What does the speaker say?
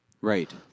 Right